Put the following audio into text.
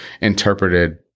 interpreted